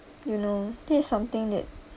you know there is something that